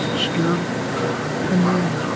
scared and then